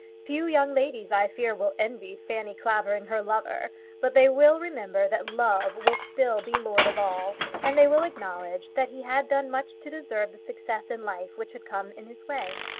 few young ladies, i fear, will envy fanny clavering her lover but they will remember that love will still be lord of all and they will acknowledge that he had done much to deserve the success in life which had come in his way.